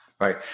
Right